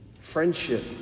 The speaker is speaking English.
friendship